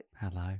Hello